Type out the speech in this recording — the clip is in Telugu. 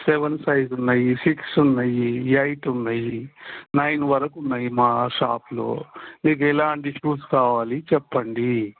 సెవెన్ సైజు ఉన్నాయి సిక్స్ ఉన్నయి ఎయిట్ ఉన్నయి నైన్ వరకున్నాయి మా షాప్లో మీకు ఎలాంటి షూస్ కావాలి చెప్పండి